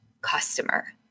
customer